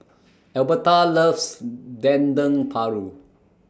Albertha loves Dendeng Paru